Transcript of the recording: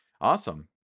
Awesome